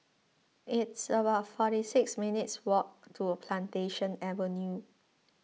it's about forty six minutes' walk to Plantation Avenue